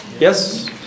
Yes